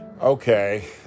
okay